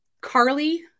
Carly